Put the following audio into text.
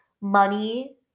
money